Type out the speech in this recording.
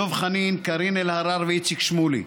דב חנין, קארין אלהרר ואיציק שמולי.